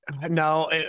no